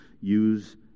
use